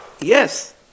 Yes